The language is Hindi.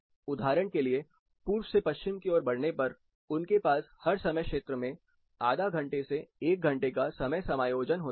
उदाहरण के लिए पूर्व से पश्चिम की ओर बढ़ने पर उनके पास हर समय क्षेत्र में आधा घंटे से 1 घंटे के समय का समायोजन होता है